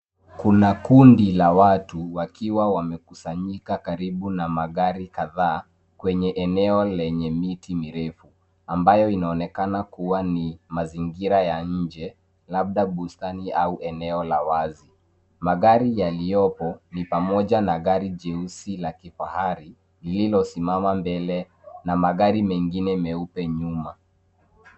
Kuna kundi la watu wakiwa wamekusanyika karibu na magari kadhaa kwenye eneo lenye miti mirefu, ambayo inaonekana kuwa ni mazingira ya nje, labda bustani au eneo la wazi. Magari yaliyopo, ni pamoja na gari jeusi la kifahari lililosimama mbele na magari mengine meupe nyuma.